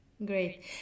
Great